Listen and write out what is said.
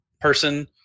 person